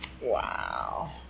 Wow